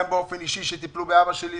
גם באופן אישי שטיפלו באבא שלי,